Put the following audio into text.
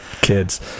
kids